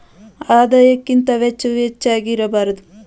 ಆದಾಯಕ್ಕಿಂತ ವೆಚ್ಚವು ಹೆಚ್ಚಾಗಿ ಇರಬಾರದು